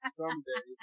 someday